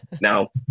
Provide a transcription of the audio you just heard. Now